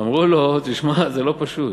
אמרו לו: תשמע, זה לא פשוט.